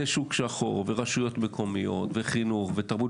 זה שוק שחור, ורשויות מקומיות, וחינוך ותרבות.